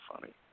funny